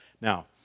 Now